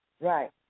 Right